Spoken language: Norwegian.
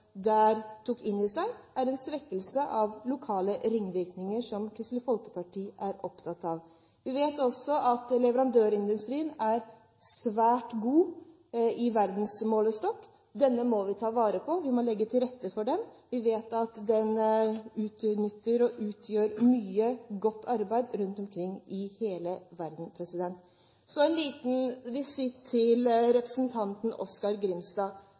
i petroleumsloven, innebærer en svekkelse når det gjelder lokale ringvirkninger, som Kristelig Folkeparti er opptatt av. Vi vet også at leverandørindustrien er svært god i verdensmålestokk. Denne må vi ta vare på, vi må legge til rette for den. Vi vet at den utøver mye godt arbeid rundt omkring i hele verden. Så en liten visitt til representanten Oskar J. Grimstad,